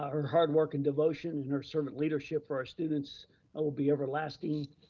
her hard work and devotion and her assertive leadership for our students and will be everlasting.